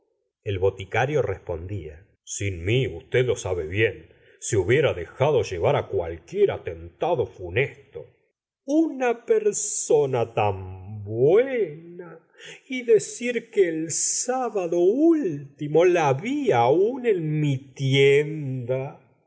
el boticario respondía sin mi usted lo sabe bien se hubiera dejado llevar á cualquier atentado funesto una persona tan buena y decir que el sábado último la vi aun en mi tienda